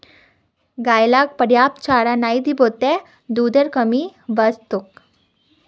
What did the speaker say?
गाय लाक पर्याप्त चारा नइ दीबो त दूधत कमी वस तोक